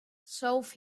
self